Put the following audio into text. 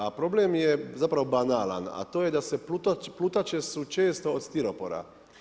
A problem je zapravo banalan, a to je da su plutače su često od stiropora.